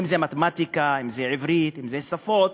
מתמטיקה, עברית, שפות,